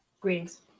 greetings